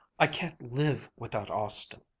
i can't live without austin,